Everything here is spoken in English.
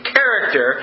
character